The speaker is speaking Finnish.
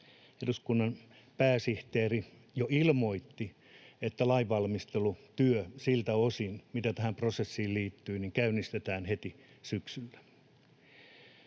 eduskunnan pääsihteeri jo ilmoitti, että lainvalmistelutyö siltä osin, mitä tähän prosessiin liittyy, käynnistetään heti syksyllä.